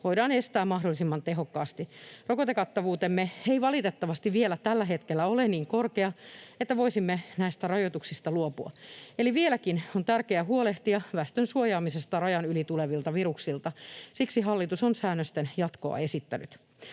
voidaan estää mahdollisimman tehokkaasti. Rokotekattavuutemme ei valitettavasti vielä tällä hetkellä ole niin korkea, että voisimme näistä rajoituksista luopua. Eli vieläkin on tärkeää huolehtia väestön suojaamisesta rajan yli tulevilta viruksilta. Siksi hallitus on säännösten jatkoa esittänyt.